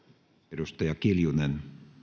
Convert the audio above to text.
arvoisa puhemies